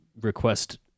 request